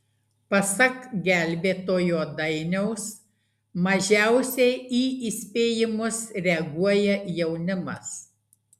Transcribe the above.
pasak gelbėtojo dainiaus mažiausiai į įspėjimus reaguoja jaunimas